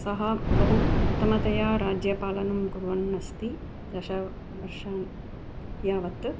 सः बहु उत्तमतया राज्यपालनं कुर्वन् अस्ति दशवर्षान् यावत्